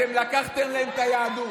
אתם לקחתם להם את היהדות.